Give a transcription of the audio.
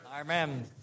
Amen